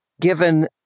given